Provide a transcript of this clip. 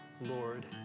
Lord